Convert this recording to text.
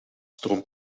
stroomt